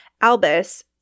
Albus